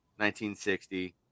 1960